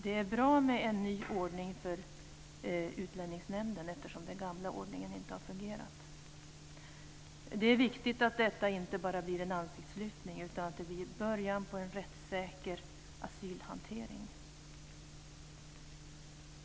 Det är bra med en ny ordning för Utlänningsnämnden eftersom den gamla ordningen inte har fungerat. Det är viktigt att detta inte bara är en ansiktslyftning utan att det blir början på en rättssäker asylhantering.